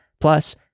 Plus